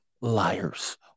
liars